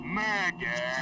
murder